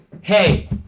Hey